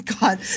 God